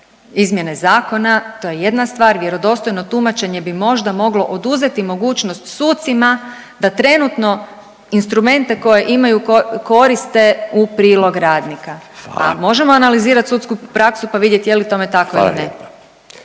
izmjene zakona, to je jedna stvar, vjerodostojno tumačenje bi možda moglo oduzeti mogućnost sucima da trenutno instrumente koje imaju, koriste u prilog radnika, a možemo .../Upadica: Hvala./... analizirati sudsku praksu pa vidjeti je li tome tako ili ne.